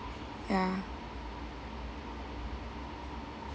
ya